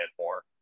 more